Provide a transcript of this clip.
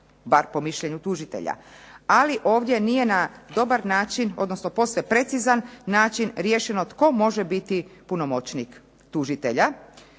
bar po mišljenju tužitelja. Ali ovdje nije na dobar način, odnosno posve precizan način riješeno tko može biti punomoćnik tužitelja.